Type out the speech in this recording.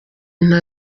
nta